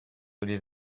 les